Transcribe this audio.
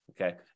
Okay